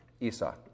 Esau